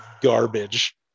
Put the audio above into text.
garbage